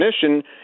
definition